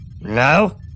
No